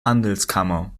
handelskammer